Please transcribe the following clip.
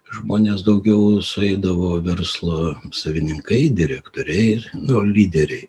žmonės daugiau sueidavo verslo savininkai direktoriai nu lyderiai